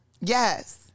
Yes